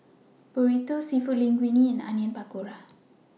Burrito Seafood Linguine and Onion Pakora